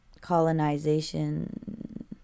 colonization